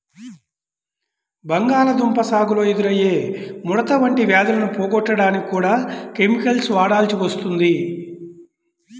బంగాళాదుంప సాగులో ఎదురయ్యే ముడత వంటి వ్యాధులను పోగొట్టడానికి కూడా కెమికల్స్ వాడాల్సి వస్తుంది